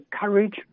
courage